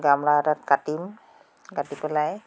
গাম্লা এটাত কাটিম কাটি পেলাই